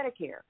Medicare